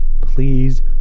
please